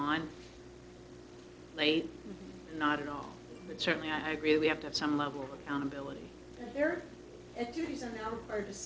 on late not at all but certainly i agree we have to have some level of accountability there are